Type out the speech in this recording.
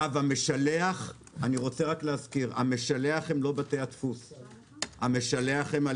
אני רוצה להזכיר: המשלח הם לא בתי הדפוס,